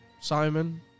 Simon